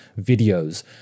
videos